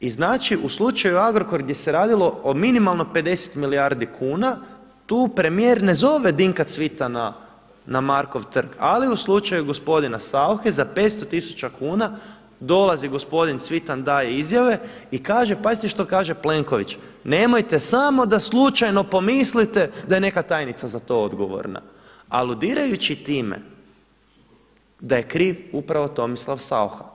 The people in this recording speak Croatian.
I znači u slučaju Agrokor gdje se radilo o minimalno 50 milijardi kuna, tu premijer ne zove Dinka Cvitana na Markov trg, ali u slučaju gospodina SAuche za 500 tisuća kuna dolazi gospodin Cvitan daje izjave i pazite što kaže Plenković, nemojte samo da slučajno pomislite da je neka tajnica za to odgovorna, aludirajući time da je kriv upravo Tomislav SAucha.